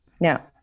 Now